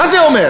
מה זה אומר?